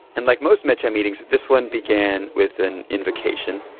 and like most m e ch a. meetings, this one began with an invocation.